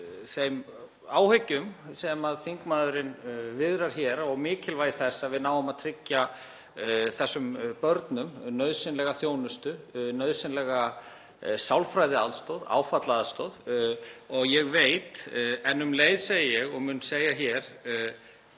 þeim áhyggjum sem þingmaðurinn viðrar hér um mikilvægi þess að við náum að tryggja þessum börnum nauðsynlega þjónustu, nauðsynlega sálfræðiaðstoð, áfallaaðstoð. En um leið segi ég eins og ég